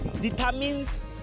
determines